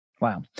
Wow